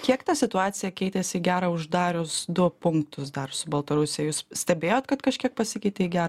kiek ta situacija keitėsi į gera uždarius du punktus dar su baltarusija jūs stebėjot kad kažkiek pasikeitė į gera